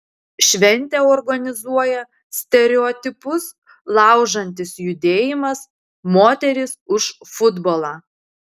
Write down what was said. šventę organizuoja stereotipus laužantis judėjimas moterys už futbolą